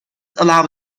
allowed